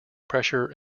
pressure